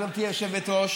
גברתי היושבת-ראש,